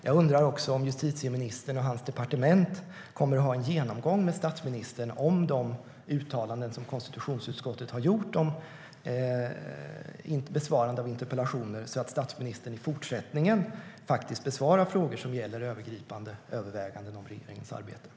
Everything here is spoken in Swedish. Jag undrar också om justitieministern och hans departement kommer att ha en genomgång med statsministern om de uttalanden om besvaranden av interpellationer konstitutionsutskottet har gjort, så att statsministern i fortsättningen faktiskt besvarar frågor som gäller övergripande överväganden om regeringens arbete.